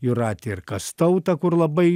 jūratę ir kastautą kur labai